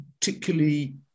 particularly